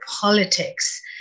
politics